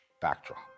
backdrop